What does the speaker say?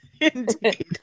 Indeed